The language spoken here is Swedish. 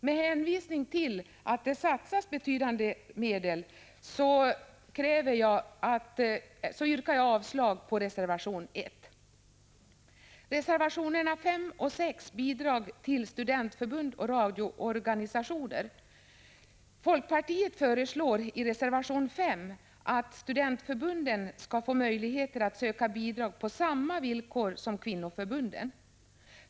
Med hänvisning till att betydande medel redan avsatts för solidaritetsarbete yrkar jag avslag på reservation 1. Reservationerna 5 och 6 behandlar bidrag till studentförbund och radioorganisationer. Folkpartiet föreslår i reservation 5 att studentförbunden skall få möjlighet att söka bidrag på samma villkor som kvinnoförbunden.